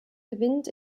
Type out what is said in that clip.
gewinnt